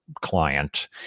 client